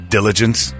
Diligence